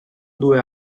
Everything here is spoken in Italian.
due